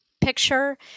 picture